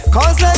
Cause